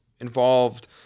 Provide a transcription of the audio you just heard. involved